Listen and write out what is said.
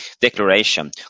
Declaration